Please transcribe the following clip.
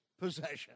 possession